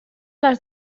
les